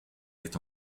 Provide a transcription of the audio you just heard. est